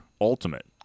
Ultimate